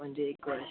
म्हणजे एक वर्ष